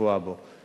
הקבועה בו.